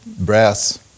brass